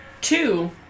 Two